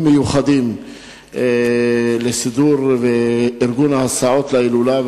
מיוחדים לסידור וארגון ההסעות להילולה,